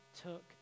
took